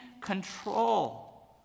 control